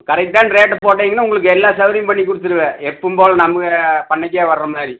கரெக்டான ரேட் போட்டிங்கன்னா உங்களுக்கு எல்லா சவுகரியமும் பண்ணி கொடுத்துருவேன் எப்பவும் போல் நம்ம பண்ணைக்கே வர்றமாதிரி